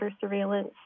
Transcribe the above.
surveillance